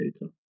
data